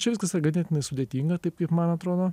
čia viskas ganėtinai sudėtinga taip kaip man atrodo